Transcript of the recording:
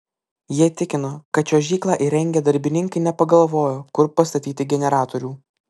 jie tikino kad čiuožyklą įrengę darbininkai nepagalvojo kur pastatyti generatorių